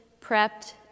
prepped